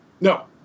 No